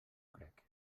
crec